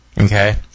okay